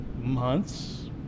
months